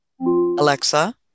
Alexa